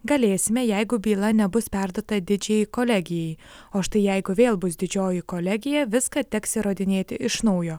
galėsime jeigu byla nebus perduota didžiajai kolegijai o štai jeigu vėl bus didžioji kolegija viską teks įrodinėti iš naujo